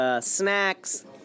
snacks